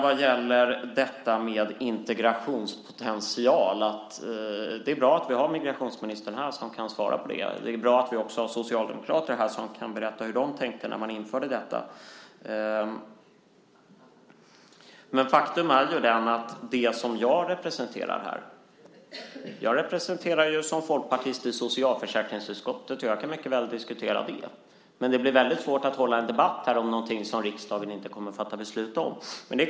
Vad gäller frågan om integrationspotential är det bra att migrationsministern är närvarande i kammaren så att han kan svara på det. Det är bra att vi även har socialdemokrater närvarande så att de kan berätta hur de tänkte när de införde detta. Jag representerar Folkpartiet i socialförsäkringsutskottet och kan mycket väl diskutera frågan, men det blir svårt att debattera något som riksdagen inte kommer att fatta beslut om.